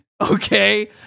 okay